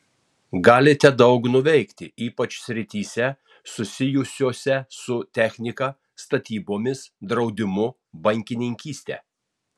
galite daug nuveikti ypač srityse susijusiose su technika statybomis draudimu bankininkyste